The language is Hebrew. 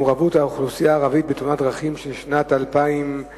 מעורבות האוכלוסייה הערבית בתאונות דרכים בשנת 2009,